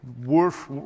worth